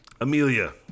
Amelia